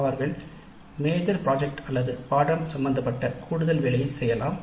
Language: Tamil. அவர்கள் மேஜர் பிராஜக்ட் அல்லது பாடநெறி சம்பந்தமான கூடுதல் வேலையை செய்யலாம்